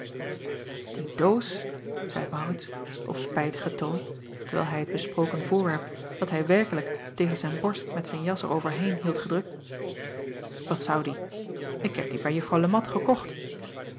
ie doos zeî aurits op spijtigen toon terwijl hij het besproken voorwerp dat hij werkelijk tegen zijn borst met zijn jas er overheen hield gedrukt wat zou die ik heb die bij uffrouw e at gekocht